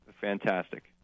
fantastic